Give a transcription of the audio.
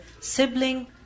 sibling